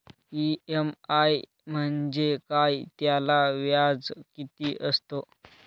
EMI म्हणजे काय? त्याला व्याज किती असतो?